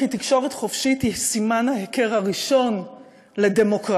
כי תקשורת חופשית היא סימן ההיכר הראשון לדמוקרטיה,